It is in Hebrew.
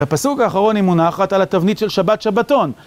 בפסוק האחרון היא מונחת, על התבנית של שבת שבתון